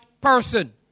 person